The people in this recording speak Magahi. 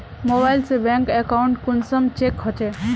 मोबाईल से बैंक अकाउंट कुंसम चेक होचे?